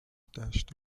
دشت